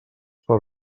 per